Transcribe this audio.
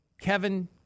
kevin